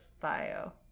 bio